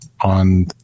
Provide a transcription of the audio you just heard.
on